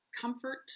comfort